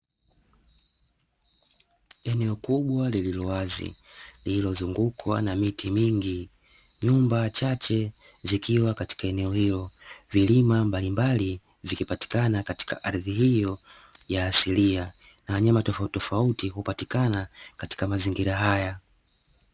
Eneo kubwa lililo wazi, lililozungukwa na miti mingi. Nyumba chache zikiwa katika eneo hilo. Milima mbalimbali ikipatikana katika ardhi hiyo ya asilia, na nyumba tofauti hupatikana katika mazingira haya.